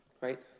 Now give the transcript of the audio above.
Right